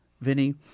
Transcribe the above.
Vinny